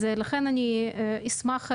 לכן, אני אשמח להסבר,